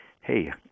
Hey